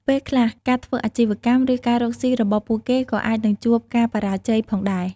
ពេលខ្លះ ការធ្វើអាជីវកម្ម ឬការរកស៊ីរបស់ពួកគេក៏អាចនឹងជួបការបរាជ័យផងដែរ។